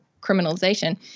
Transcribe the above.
criminalization